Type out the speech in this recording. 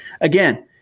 Again